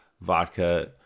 vodka